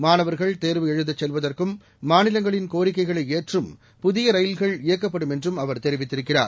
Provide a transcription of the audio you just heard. மாணவர்கள் தேர்வு எழுதச் மாநிலங்களின் கோரிக்கைகளை ஏற்றும் புதிய ரயில்கள் இயக்கப்படும் என்றும் அவர் தெரிவித்திருக்கிறார்